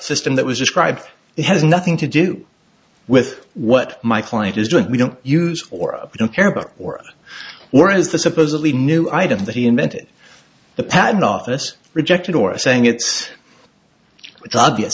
system that was described it has nothing to do with what my client is doing we don't use or don't care about or where is the supposedly new item that he invented the patent office rejected or saying it's it's obvious